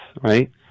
right